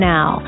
Now